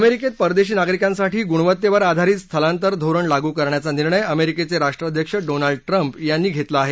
अमेरिकेत परदेशी नागरिकांसाठी गृणवत्तेवर आधारित स्थलांतर धोरण लागू करण्याचा निर्णय अमेरिकेचे राष्ट्राध्यक्ष डोनाल्ड ट्रम्प यांनी घेतला आहे